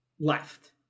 left